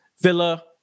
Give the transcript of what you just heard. Villa